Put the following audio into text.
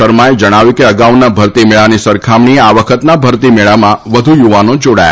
શર્માએ જણાવ્યું કે અગાઉના ભરતી મેળાની સરખામણીએ આ વખતના ભરતી મેળામાં વધુ યુવાનો જોડાયા હતા